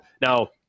Now